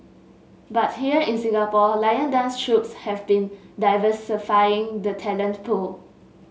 but here in Singapore lion dance troupes have been diversifying the talent pool